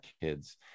kids